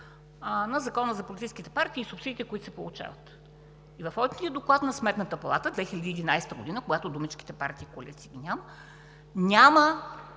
на Закона за политическите партии и субсидиите, които се получават. В Одитния доклад на Сметната палата 2011 г., когато думичките „партии и коалиции“ ги няма,